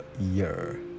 year